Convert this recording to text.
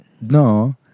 No